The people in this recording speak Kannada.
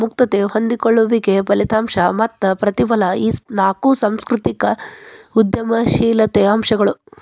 ಮುಕ್ತತೆ ಹೊಂದಿಕೊಳ್ಳುವಿಕೆ ಫಲಿತಾಂಶ ಮತ್ತ ಪ್ರತಿಫಲ ಈ ನಾಕು ಸಾಂಸ್ಕೃತಿಕ ಉದ್ಯಮಶೇಲತೆ ಅಂಶಗಳು